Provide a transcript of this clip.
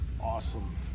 awesome